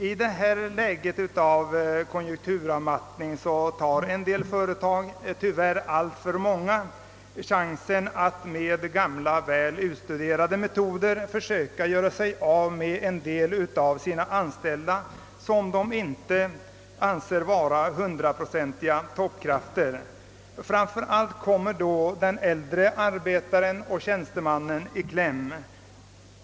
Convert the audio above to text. I detta läge av konjunkturavmattning tar en del företag, tyvärr alltför många, chansen att med gamla väl beprövade metoder försöka göra sig av med en del av sina anställda, som de inte anser vara hundraprocentiga toppkrafter. Framför allt kommer då den äldre arbetaren och tjänstemannen i kläm.